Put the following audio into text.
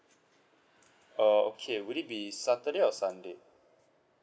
uh okay will it be saturday or sunday